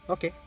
Okay